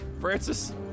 Francis